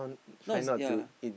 no it's yea